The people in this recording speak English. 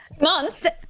Months